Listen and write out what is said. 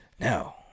Now